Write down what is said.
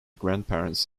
grandparents